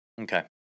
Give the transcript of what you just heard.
Okay